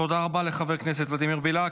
תודה רבה לחבר הכנסת ולדימיר בליאק.